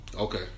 Okay